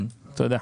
תודה.